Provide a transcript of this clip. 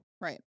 right